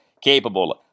capable